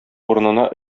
урынына